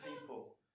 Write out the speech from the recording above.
people